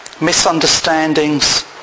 misunderstandings